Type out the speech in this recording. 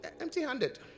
empty-handed